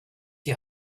die